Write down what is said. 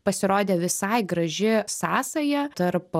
pasirodė visai graži sąsaja tarp